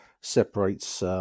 separates